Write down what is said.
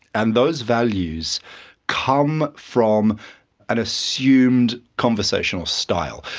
and those values come from an assumed conversational style.